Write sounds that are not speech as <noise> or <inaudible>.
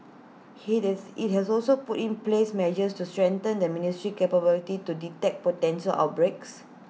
<unintelligible> IT has also put in place measures to strengthen the ministry's capability to detect potential outbreaks